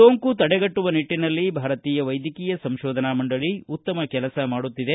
ಸೋಂಕು ತಡೆಗಟ್ಟುವ ನಿಟ್ಟನಲ್ಲಿ ಭಾರತೀಯ ವೈದ್ಯಕೀಯ ಸಂಶೋಧನಾ ಮಂಡಳಿ ಈ ನಿಟ್ಟನಲ್ಲಿ ಉತ್ತಮ ಕೆಲಸ ಮಾಡುತ್ತಿದೆ